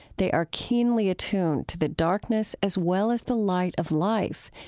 they are keenly attuned to the darkness as well as the light of life,